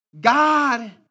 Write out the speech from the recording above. God